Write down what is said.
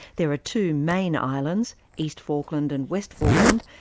there are two main islands, east falkland and west falkland,